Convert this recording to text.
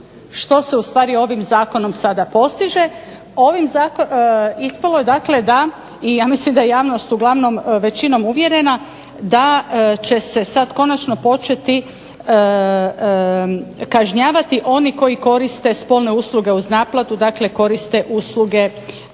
što se u stvari ovim Zakonom sada postiže ispalo je dakle da i ja mislim da je javnost uglavnom većinom uvjerena da će se sad konačno početi kažnjavati oni koji koriste spolne usluge uz naplatu. Dakle, koriste usluge